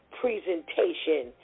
presentation